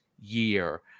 year